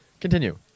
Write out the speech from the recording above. Continue